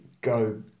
go